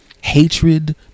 Hatred